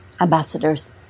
ambassadors